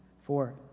Four